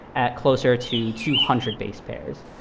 at closer to two hundred base pairs.